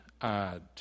add